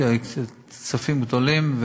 כספים גדולים,